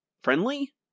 friendly